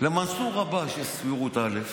למנסור עבאס יש סבירות א',